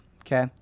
Okay